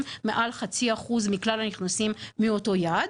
מעל חצי אחו7ז מכלל הנכנסים מאותו יעד.